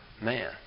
Man